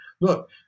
Look